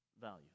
value